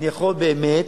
אני יכול באמת